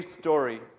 story